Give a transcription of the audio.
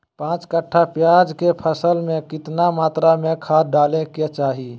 पांच कट्ठा प्याज के फसल में कितना मात्रा में खाद डाले के चाही?